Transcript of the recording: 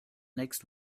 next